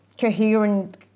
coherent